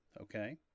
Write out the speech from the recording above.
Okay